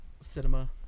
cinema